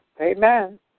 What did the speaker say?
Amen